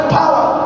power